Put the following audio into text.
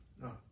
No